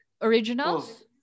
originals